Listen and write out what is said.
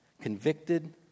convicted